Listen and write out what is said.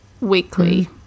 weekly